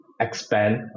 expand